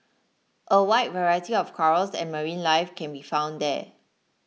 a wide variety of corals and marine life can be found there